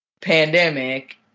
pandemic